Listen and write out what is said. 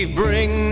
bring